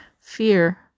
Fear